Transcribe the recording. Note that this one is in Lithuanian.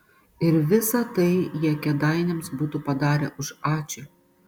ir visa tai jie kėdainiams būtų padarę už ačiū